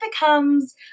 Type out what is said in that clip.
becomes